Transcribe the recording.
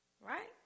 Right